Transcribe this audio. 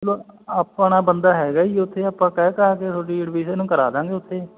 ਚਲੋ ਆਪਣਾ ਬੰਦਾ ਹੈਗਾ ਜੀ ਉੱਥੇ ਆਪਾਂ ਕਹਿ ਕਹਾ ਕੇ ਤੁਹਾਡੀ ਐਡਮਿਸ਼ਨ ਕਰਾ ਦਾਂਗੇ ਉੱਥੇ